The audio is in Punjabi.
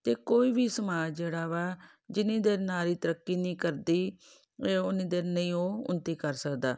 ਅਤੇ ਕੋਈ ਵੀ ਸਮਾਜ ਜਿਹੜਾ ਵਾ ਜਿੰਨੀ ਦੇਰ ਨਾਰੀ ਤਰੱਕੀ ਨਹੀਂ ਕਰਦੀ ਉਹ ਉਨੀ ਦੇਰ ਨਹੀਂ ਉਹ ਉੱਨਤੀ ਕਰ ਸਕਦਾ